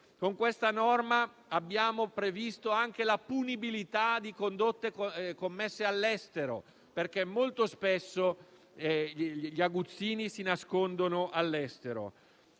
Con questa norma abbiamo previsto anche la punibilità di condotte commesse all'estero perché molto spesso gli aguzzini si nascondono all'estero.